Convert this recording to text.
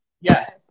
Yes